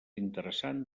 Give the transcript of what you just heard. interessant